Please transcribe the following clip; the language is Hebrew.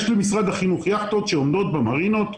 למשרד החינוך יש יכטות שעומדות במרינות,